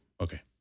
Okay